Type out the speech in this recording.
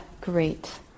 great